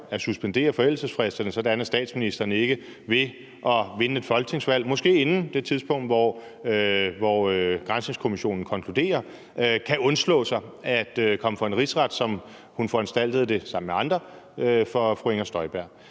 at suspendere forældelsesfristerne, sådan at statsministeren ikke ved at vinde et folketingsvalg – måske inden det tidspunkt, hvor granskningskommissionen konkluderer – kan undslå sig at komme for en rigsret, som hun sammen med andre foranstaltede det for fru Inger Støjberg.